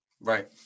Right